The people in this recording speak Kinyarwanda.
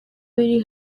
biri